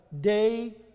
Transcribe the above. Day